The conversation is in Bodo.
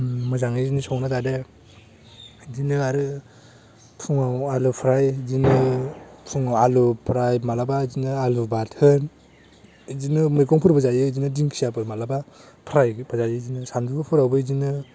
मोजाङै संना जादों बिदिनो आरो फुङाव आलु फ्राइ बेदिनो फुङाव आलु फ्राइ मालाबा बेदिनो आलु बाथोन बिदिनो मैगंफोरबो जायो बिदिनो दिंखियाफोर मालाबा फ्राइबो जायो बिदिनो सानसुफोरावबो बिदिनो